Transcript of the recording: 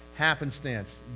Happenstance